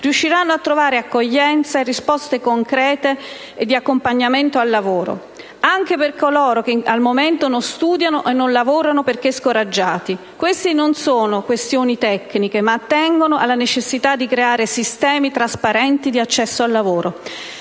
riuscirà a trovare accoglienza e risposte concrete di accompagnamento al lavoro. E questo vale anche per coloro che al momento non studiano e non lavorano perché scoraggiati. Queste non sono questioni tecniche, ma attengono alla necessità di creare sistemi trasparenti di accesso al lavoro.